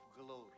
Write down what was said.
glory